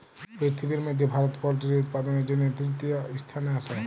পিরথিবির ম্যধে ভারত পোলটিরি উৎপাদনের জ্যনহে তীরতীয় ইসথানে আসে